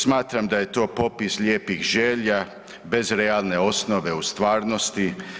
Smatram da je to popis lijepih želja bez realne osnove u stvarnosti.